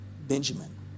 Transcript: Benjamin